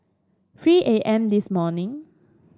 three A M this morning